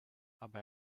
aber